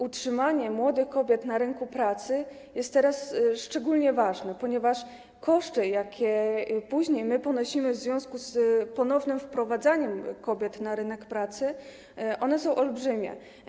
Utrzymanie młodych kobiet na rynku pracy jest teraz szczególnie ważne, ponieważ koszty, jakie później ponosimy w związku z ponownym wprowadzaniem kobiet na rynek pracy, są olbrzymie.